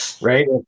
Right